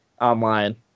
online